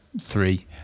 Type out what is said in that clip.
three